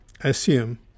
assume